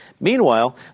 Meanwhile